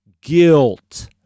guilt